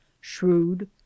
shrewd